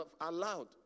allowed